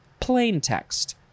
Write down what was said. plaintext